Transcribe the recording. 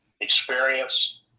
experience